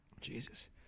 Jesus